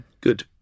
Good